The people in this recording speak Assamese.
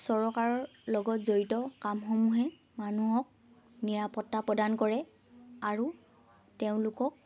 চৰকাৰৰ লগত জড়িত কামসমূহে মানুহক নিৰাপত্তা প্ৰদান কৰে আৰু তেওঁলোকক